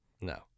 No